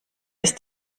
ist